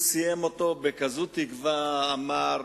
והוא סיים אותו עם כזאת תקווה ואמר: